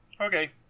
Okay